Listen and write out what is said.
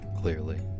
clearly